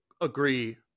agree